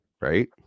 Right